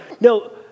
No